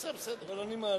אדוני.